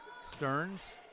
Stearns